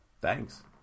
Thanks